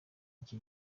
iki